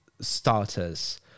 starters